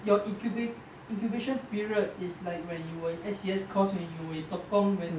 your incuba~ incubation period is like when you were in S_C_S course when you tekong when